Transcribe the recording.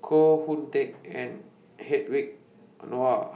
Koh Hoon Teck and Hedwig Anuar